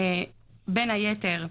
בין היתר,